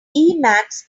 emacs